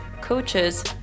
coaches